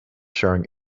sharing